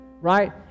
right